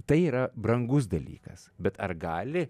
tai yra brangus dalykas bet ar gali